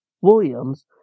Williams